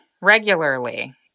regularly